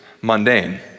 mundane